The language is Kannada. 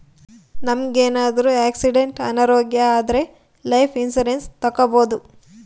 ನಮ್ಗೆ ಏನಾದ್ರೂ ಆಕ್ಸಿಡೆಂಟ್ ಅನಾರೋಗ್ಯ ಆದ್ರೆ ಲೈಫ್ ಇನ್ಸೂರೆನ್ಸ್ ತಕ್ಕೊಬೋದು